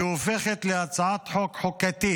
היא הופכת להצעת חוק חוקתית.